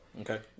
Okay